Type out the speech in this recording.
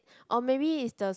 or maybe is the